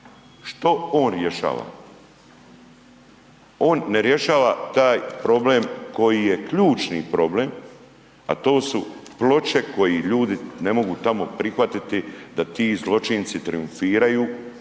Što on rješava? On ne rješava taj problem koji je ključni problem, a to su ploče koje ljudi ne mogu tamo prihvatiti da ti zločinci trijumfiraju,